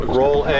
roll